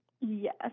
Yes